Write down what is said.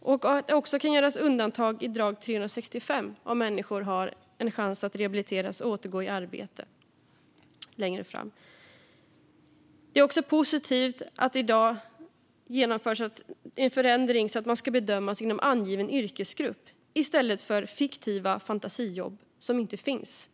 Vi välkomnar också att det kan göras undantag vid dag 365 om människor har en chans att rehabiliteras och återgå i arbete längre fram. Det är också positivt att det i dag genomförs en förändring så att man ska bedömas inom angiven yrkesgrupp i stället för att hänvisas till fiktiva jobb, som alltså inte finns.